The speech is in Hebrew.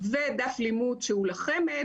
ודף לימוד שהוא לחמ"ד,